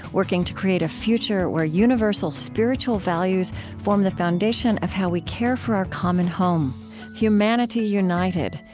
working to create a future where universal spiritual values form the foundation of how we care for our common home humanity united,